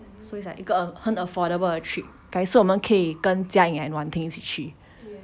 so it's like 一个很 affordable 的 trip 改次我们可以跟 jia ying and wan ting 一起去